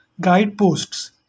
Guideposts